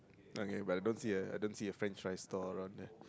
okay but I don't see a I don't see a french fries store around there